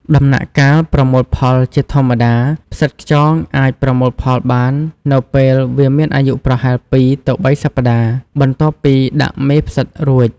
ដំណាក់កាលប្រមូលផលជាធម្មតា ផ្សិតខ្យងអាចប្រមូលផលបាននៅពេលវាមានអាយុប្រហែល ២ ទៅ ៣ សប្ដាហ៍ បន្ទាប់ពីដាក់មេផ្សិតរួច។